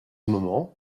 moment